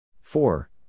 Four